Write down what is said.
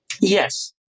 Yes